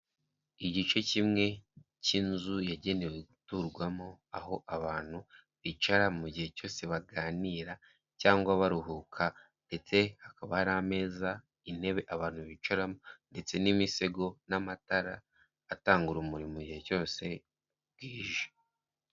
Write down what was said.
Igice kimwe cy'inzu yagenewe guturwamo, aho abantu bicara gihe cyose baganira, cyangwa baruhuka, ndetse hakaba hari ameza, intebe abantu bicaramo, ndetse n'imisego, n'amatara, atanga urumuri igihe cyose bwije.